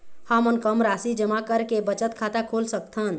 हमन कम राशि जमा करके बचत खाता खोल सकथन?